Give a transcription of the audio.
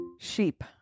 Sheep